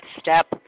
step